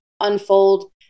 unfold